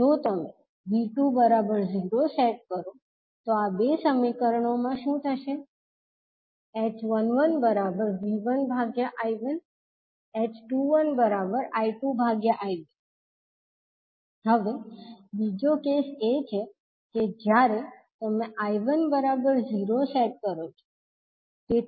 તેથી જો તમે 𝐕2 0 સેટ કરો તો આ બે સમીકરણો માં શું થશે h11 V1I1 h21 I2I1 હવે બીજો કેસ એ છે કે જ્યારે તમે 𝐈1 0 સેટ કરો છો